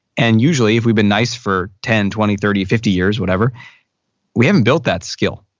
and usually, if we've been nice for ten, twenty, thirty, fifty years whatever we haven't built that skill.